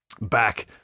Back